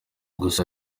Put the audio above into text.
gusa